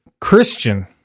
Christian